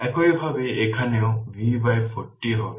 একইভাবে এখানেও V 40 হবে এটি V 40 হবে